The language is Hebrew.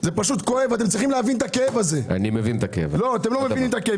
זה לא למופעים לציבור החרדי ואתה יכול להעיד על כך שזה לא הולך למופעים.